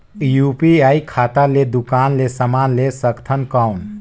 UPI खाता ले दुकान ले समान ले सकथन कौन?